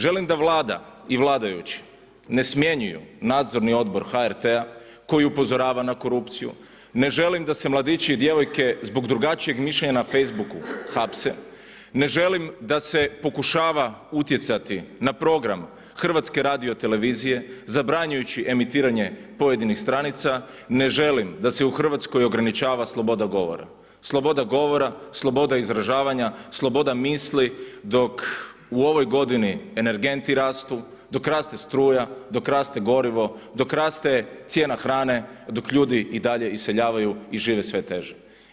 Želim da Vlada i vladajući ne smjenjuju nadzorni odbor HRT-a koji upozorava na korupciju, ne želim da se mladići i djevojke zbog drugačijeg mišljenja na Facebooku hapse, ne želim da se pokušava utjecati na program Hrvatske radiotelevizije zabranjujući emitiranje pojedinih stranica, ne želim da se u Hrvatskoj ograničava sloboda govora, sloboda izražavanja, sloboda misli dok u ovoj godini energenti rastu, dok raste struja, dok raste gorivo, dok raste cijena hrane dok ljudi i dalje iseljavaju i žive sve teže.